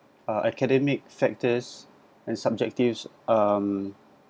uh academic factors and subjective um